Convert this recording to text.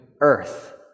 earth